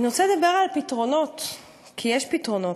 אני רוצה לדבר על הפתרונות, כי יש פתרונות,